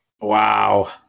Wow